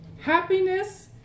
happiness